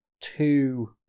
two